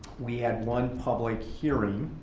we had one public hearing.